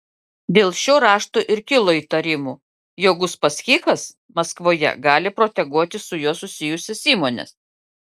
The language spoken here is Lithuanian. dėl šio rašto ir kilo įtarimų jog uspaskichas maskvoje gali proteguoti su juo susijusias įmones